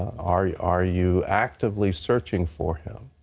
are you are you actively searching for him?